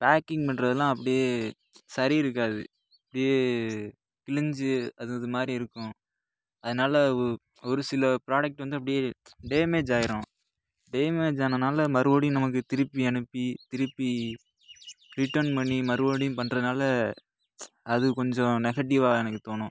packing பண்றதெல்லாம் அப்படியே சரி இருக்காது அப்படியே கிழிஞ்சு அது இதுமாதிரி இருக்கும் அதனால ஒரு சில ப்ராடெக்ட் வந்து அப்படியே டேமேஜ் ஆகிரும் டேமேஜ் ஆனதுனால மறுபடியும் நமக்கு திருப்பி அனுப்பி திருப்பி ரிட்டன் பண்ணி மறுபடியும் பண்றதுனால அது கொஞ்சம் நெகட்டிவ்வாக எனக்கு தோணும்